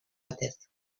batez